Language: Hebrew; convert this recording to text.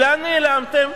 לאן נעלמתם?